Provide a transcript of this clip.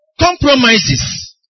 Compromises